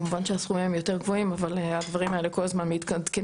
כמובן שהסכומים הם יותר גבוהים אבל הדברים האלה כל הזמן מתעדכנים.